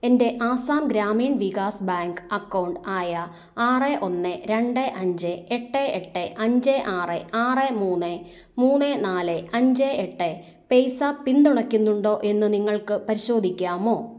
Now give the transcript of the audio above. എൻ്റെ Assam Gramin Vikas bank account ആയ ആറ് ഒന്ന് രണ്ട് അഞ്ച് എട്ട് എട്ട് അഞ്ച് ആറ് ആറ് മൂന്ന് മൂന്ന് നാല് അഞ്ച് എട്ട് പേയ്സാപ്പ് പിന്തുണയ്ക്കുന്നുണ്ടോ എന്ന് നിങ്ങൾക്ക് പരിശോധിക്കാമോ